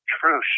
true